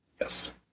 Yes